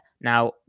Now